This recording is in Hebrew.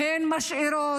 והן משאירות,